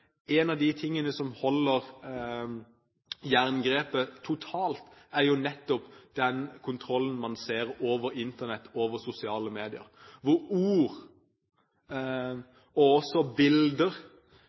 En av de tingene som holder jerngrepet totalt, er jo nettopp den kontrollen man ser over Internett, over sosiale medier, hvor ord